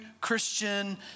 Christian